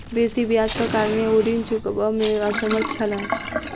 बेसी ब्याजक कारणेँ ओ ऋण चुकबअ में असमर्थ छला